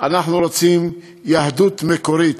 אנחנו רוצים יהדות מקורית,